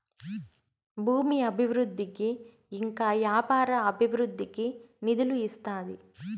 భూమి అభివృద్ధికి ఇంకా వ్యాపార అభివృద్ధికి నిధులు ఇస్తాది